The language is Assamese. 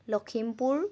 লখিমপুৰ